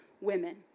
women